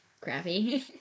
Crappy